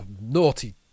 naughty